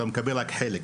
אתה מקבל רק חלק.